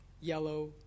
yellow